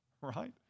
right